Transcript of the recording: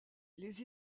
les